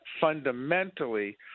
fundamentally